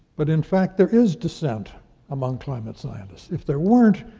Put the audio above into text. but in fact, there is dissent among climate scientists. if there weren't,